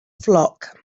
flock